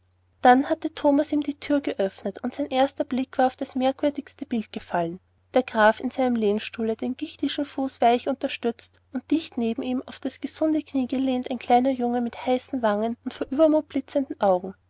dann hatte thomas ihm die thür geöffnet und sein erster blick war auf das merkwürdigste bild gefallen der graf in seinem lehnstuhle den gichtischen fuß weich unterstützt und dicht neben ihm an das gesunde knie gelehnt ein kleiner junge mit heißen wangen und vor uebermut blitzenden augen